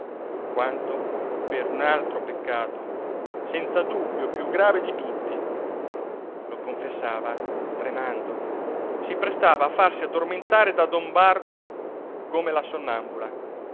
quanto per un altro peccato senza dubbio più grave di tutti lo confessava tremando si prestava a farsi addormentare da don bartolo come la sonnambula